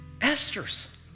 Esther's